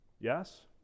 Yes